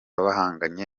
bahanganye